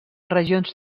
regions